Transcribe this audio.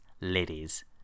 ladies